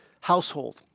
household